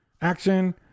action